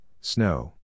snow